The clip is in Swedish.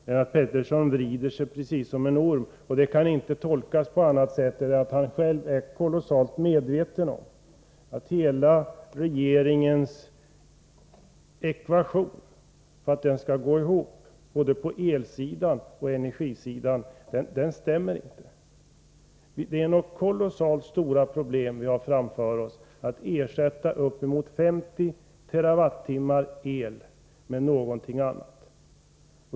Lennart Pettersson vrider sig precis som en orm, och det kan inte tolkas på annat sätt än att han själv är kolossalt medveten om att regeringens ekvation, för att lösa problemen både på elsidan och på energisidan, inte stämmer. Det är kolossalt stora problem vi har framför oss: att ersätta uppemot 50 TWh el med någonting annat.